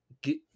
get